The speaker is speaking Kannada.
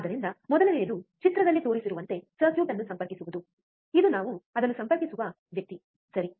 ಆದ್ದರಿಂದ ಮೊದಲನೆಯದು ಚಿತ್ರದಲ್ಲಿ ತೋರಿಸಿರುವಂತೆ ಸರ್ಕ್ಯೂಟ್ ಅನ್ನು ಸಂಪರ್ಕಿಸುವುದು ಇದು ನಾವು ಅದನ್ನು ಸಂಪರ್ಕಿಸುವ ವ್ಯಕ್ತಿ ಸರಿ